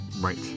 Right